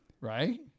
Right